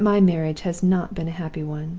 that my marriage has not been a happy one.